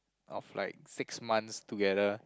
of like six months together